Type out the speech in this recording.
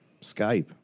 Skype